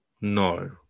No